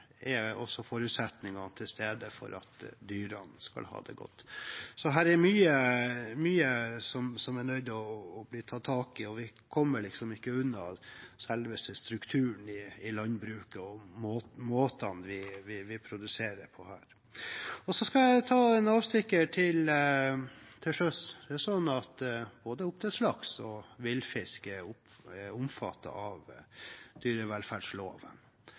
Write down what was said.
er også forutsetningene til stede for at dyrene skal ha det godt. Det er mye man er nødt til å ta tak i, og vi kommer liksom ikke unna selve strukturen i landbruket og måten vi produserer på. Jeg skal ta en avstikker til sjøs. Det er slik at både oppdrettslaks og villfisk er omfattet av dyrevelferdsloven.